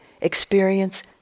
experience